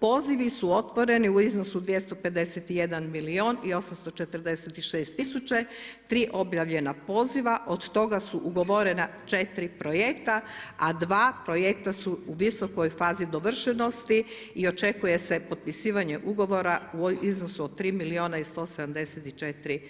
Pozivi su otvoreni u iznosu 251 milijun i 846 tisuća, tri objavljena poziva, od toga su ugovorena 4 projekta a dva projekta su u visokoj fazi dovršenosti i očekuje se potpisivanje ugovora u iznosu od 3 milijuna i 174